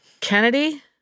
Kennedy